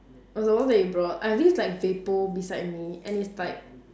oh it's the one that you brought I have this like beside me and it's like